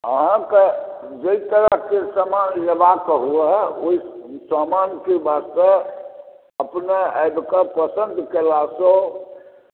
अहाँके जाहि तरहसे समान लेबाके हुए ओहि समानके वास्ते अपने आबिकऽ पसन्द कैलासँ